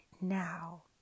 now